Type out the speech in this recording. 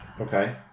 Okay